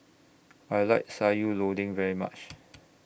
I like Sayur Lodeh very much